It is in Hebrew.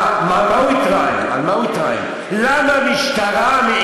על מה הוא התרעם?